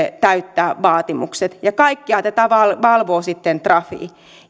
täyttää vaatimukset ja kaikkea tätä valvoo sitten trafi